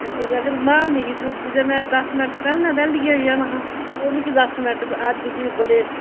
ते ओह् जेकर माल नेही त्रुटदी ते में दस मैंट्ट पैह्लें बेह्ले होई जाना हा ओह् मिकी दस मैंट्ट अज्ज बी बड़े